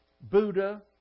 Buddha